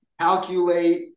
calculate